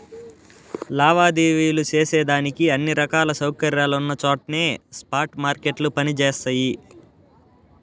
లావాదేవీలు సేసేదానికి అన్ని రకాల సౌకర్యాలున్నచోట్నే స్పాట్ మార్కెట్లు పని జేస్తయి